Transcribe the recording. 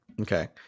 Okay